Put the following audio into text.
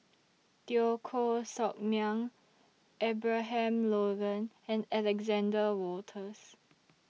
Teo Koh Sock Miang Abraham Logan and Alexander Wolters